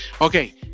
Okay